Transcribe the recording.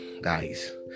Guys